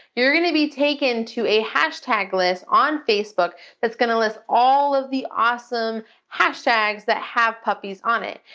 you're gonna be taken to a hashtag list on facebook that's gonna list all of the awesome hashtags that have puppies on it.